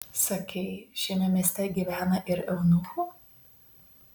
sakei šiame mieste gyvena ir eunuchų